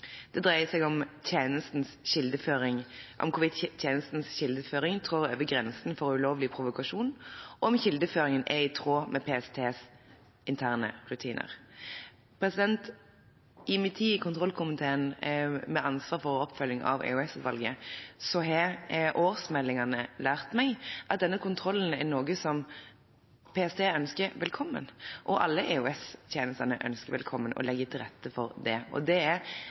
Det dreier seg om hvorvidt tjenestens kildeføring trår over grensen for ulovlig provokasjon, og om kildeføringen er i tråd med PSTs interne rutiner. I min tid i kontrollkomiteen, hvor jeg har hatt ansvar for oppfølging av EOS-utvalget, har årsmeldingene lært meg at denne kontrollen er noe som PST og alle EOS-tjenestene ønsker velkommen, og de legger til rette for det. Det er